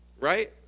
right